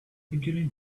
beginning